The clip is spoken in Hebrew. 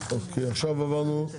עכשיו עברנו,